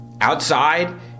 outside